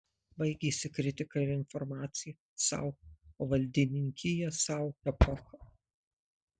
baigėsi kritika ir informacija sau o valdininkija sau epocha